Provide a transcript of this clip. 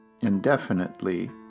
indefinitely